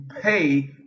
pay